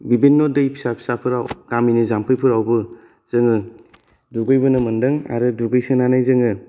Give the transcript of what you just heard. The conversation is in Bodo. बिभिन्न' दै फिसा फिसाफोराव गामिनि जामफैफोरावबो जोङो दुगैबोनो मोनदों आरो दुगैसोनानै जोङो